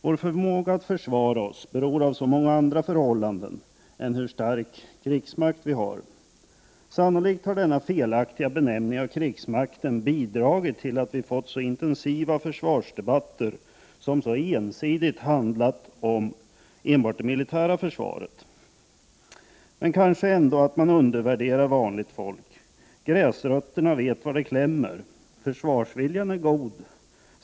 Vår förmåga att försvara oss beror av så många andra förhållanden än hur stark krigsmakt vi har. Sannolikt har denna felaktiga benämning av krigsmakten bidragit till att vi fått så intensiva försvarsdebatter, som så ensidigt handlat om enbart det militära försvaret. Men kanske ändå att man undervärderar vanligt folk. Gräsrötterna vet var det klämmer. Försvarsviljan är god.